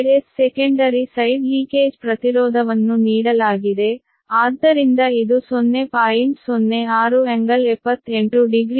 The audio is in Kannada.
ಈ Zs ಸೆಕೆಂಡರಿ ಸೈಡ್ ಲೀಕೇಜ್ ಪ್ರತಿರೋಧವನ್ನು ನೀಡಲಾಗಿದೆ ಆದ್ದರಿಂದ ಇದು 0